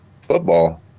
Football